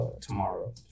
tomorrow